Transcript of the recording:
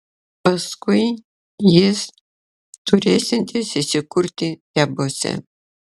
paskui jis turėsiantis įsikurti tebuose